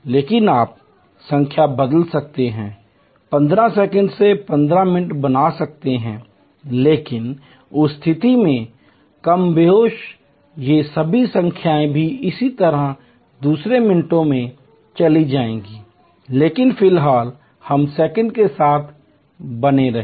लेकिन आप संख्या बदल सकते हैं 15 सेकंड 15 मिनट बन सकते हैं लेकिन उस स्थिति में कमोबेश ये सभी संख्याएँ भी इसी तरह दूसरे मिनटों में चली जाएंगी लेकिन फिलहाल हम सेकंडों के साथ बने रहें